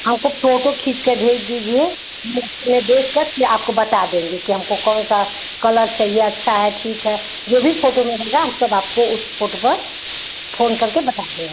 हमको फोटो खींच के भेज दीजिए उन्हें देखकर आपको हम बता देंगे कि हमको कौन सा कलर चहिए अच्छा है ठीक है जो भी फोटो मिलेगा हम सब आपको उस फोटो पर फोन करके बता देंगे